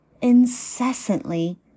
incessantly